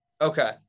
Okay